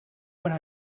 when